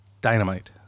dynamite